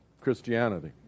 Christianity